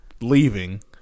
leaving